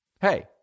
Hey